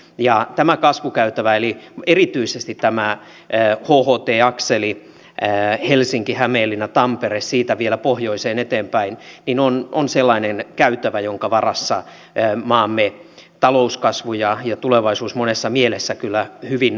ja tämä kasvukäytävä erityisesti tämä hht akseli helsinkihämeenlinnatampere ja siitä vielä pohjoiseen eteenpäin on sellainen käytävä jonka varassa maamme talouskasvu ja tulevaisuus monessa mielessä kyllä hyvin nojaa